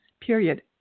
period